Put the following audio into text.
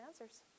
answers